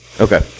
Okay